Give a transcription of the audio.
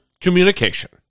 communication